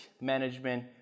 management